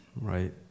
right